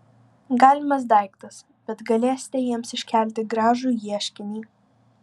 galimas daiktas bet galėsite jiems iškelti gražų ieškinį